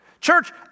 Church